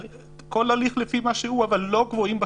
לכל הליך זה שונה, אבל הן לא גבוהות.